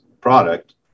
product